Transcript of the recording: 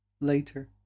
Later